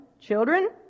children